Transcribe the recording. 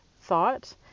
thought